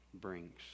brings